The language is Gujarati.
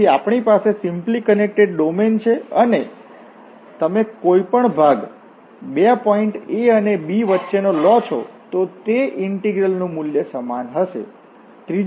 તેથી આપણી પાસે સિમ્પલી કનેકટેડ ડોમેન છે અને તમે કોઈપણ ભાગ બે પોઇન્ટ A અને B વચ્ચેનો લો છો તો તે ઇન્ટીગ્રલ નું મૂલ્ય સમાન હશે